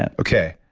and okay.